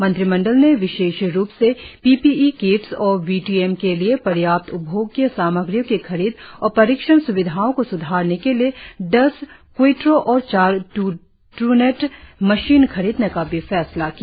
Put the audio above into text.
मंत्रिमंडल ने विशेष रुप से पी पी ई किट्स और वी टी एम के लिए पर्याप्त उपभोग्य सामग्रियों की खरीद और परीक्षण स्विधाओं को स्धारने के लिए दस क्वीट्रो और चार ड्र ट्रनेट मशीन खरीदने का भी फैसला किया